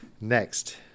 Next